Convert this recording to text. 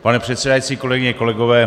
Pane předsedající, kolegyně, kolegové.